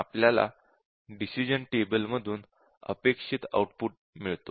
आपल्याला decision table मधून अपेक्षित आउटपुट मिळतो